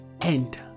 end